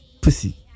pussy